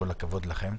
כל הכבוד לכם.